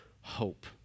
hope